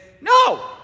No